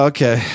Okay